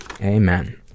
Amen